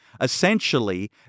Essentially